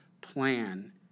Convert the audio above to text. plan